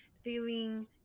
feeling